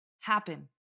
happen